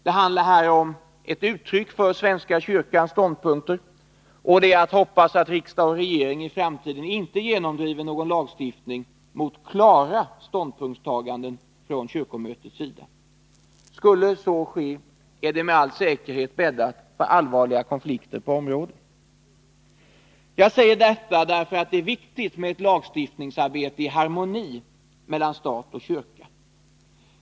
Det handlar här om ett uttryck för svenska kyrkans ståndpunkter, och det är att hoppas att riksdag och regering i framtiden inte genomdriver någon lagstiftning mot klara ståndpunktstaganden från kyrkomötets sida. Skulle så ske är det med all säkerhet bäddat för allvarliga konflikter på området. Jag säger detta därför att det är viktigt med ett lagstiftningsarbete i harmoni mellan stat och kyrka.